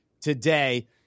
today